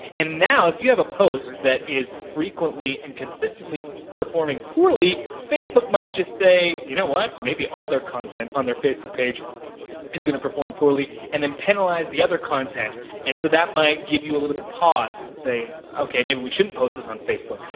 and now if you have a post that is frequently and consistently performing poorly, facebook might just say, you know what, maybe all their content on the facebook page is gonna perform poorly, and then penalize the other content and so that might give you a little bit of pause and say, okay, maybe we shouldn't post this on facebook.